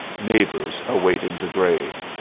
neighbors awaiting the grave.